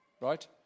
right